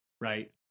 Right